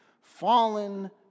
fallen